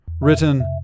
written